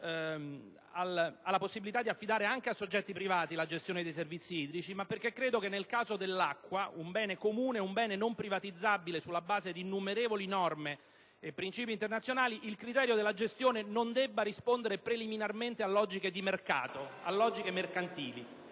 alla possibilità di affidare anche a soggetti privati la gestione dei servizi idrici, ma perché credo che nel caso dell'acqua, un bene comune e non privatizzabile sulla base di innumerevoli norme e principi internazionali, il criterio della gestione non debba rispondere preliminarmente a logiche mercantili.